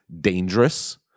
dangerous